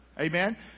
Amen